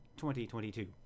2022